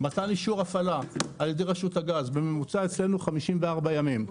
מתן אישור הפעלה על ידי רשות הגז בממוצע אצלנו 54 ימים,